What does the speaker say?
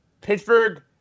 Pittsburgh